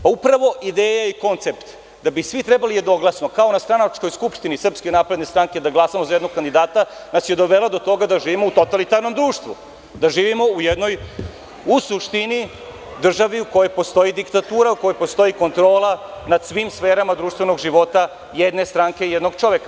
Upravo ideja i koncept da bi svi trebali jednoglasno, kao na stranačkoj skupštini SNS, da glasamo za jednog kandidata nas je dovela do toga da živimo u totalitarnom društvu, da živimo u jednoj državi u kojoj postoji diktatura, u kojoj postoji kontrola nad svim sferama društvenog života jedne stranke, jednog čoveka.